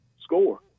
score